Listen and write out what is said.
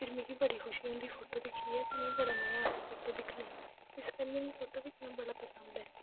फिर मिगी बड़ी खुशी होंदी फोटो दिक्खियै ते मिगी बड़ा मजा आंदा आंदा फोटो दिक्खना इस करियै मीं फोटो दिक्खना बड़ा पसंद ऐ